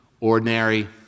ordinary